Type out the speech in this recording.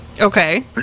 Okay